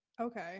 Okay